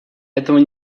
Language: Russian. этого